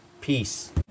Peace